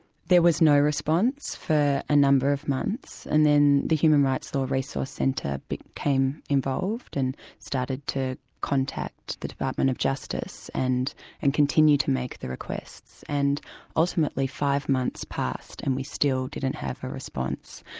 there was no response for a number of months, and then the human rights law resource centre became involved, and started to contact the department of justice and and continued to make the requests. and ultimately five months passed, and we still didn't have a response.